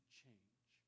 change